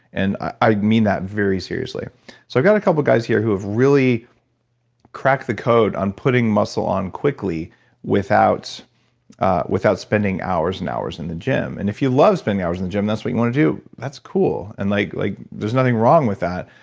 and i mean that very seriously i've so got a couple of guys here who have really cracked the code on putting muscle on quickly without without spending hours and hours in the gym. and if you love spending hours in the gym and that's what you want to do, that's cool and like like there's nothing wrong with that,